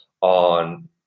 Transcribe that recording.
on